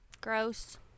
Gross